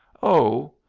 oh,